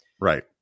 right